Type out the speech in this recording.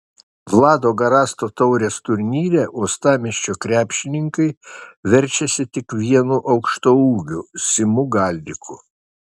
vlado garasto taurės turnyre uostamiesčio krepšininkai verčiasi tik vienu aukštaūgiu simu galdiku